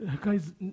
Guys